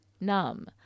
numb